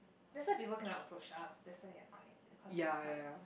that's why people cannot approach us that's why we're quiet because we're quiet